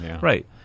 Right